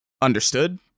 understood